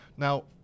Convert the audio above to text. Now